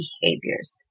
behaviors